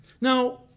Now